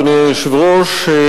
אדוני היושב-ראש,